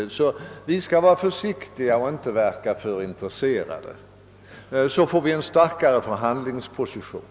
Därför skall vi, tycks man mena, vara försiktiga och inte verka för intresserade. Då får vi en starkare förhandlingsposition.